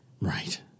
Right